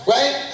Right